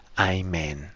Amen